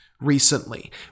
recently